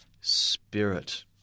Spirit